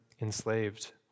enslaved